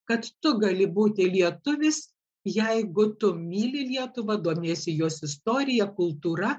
kad tu gali būti lietuvis jeigu tu myli lietuvą domiesi jos istorija kultūra